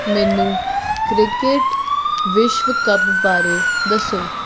ਮੈਨੂੰ ਕ੍ਰਿਕਟ ਵਿਸ਼ਵ ਕੱਪ ਬਾਰੇ ਦੱਸੋ